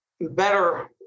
better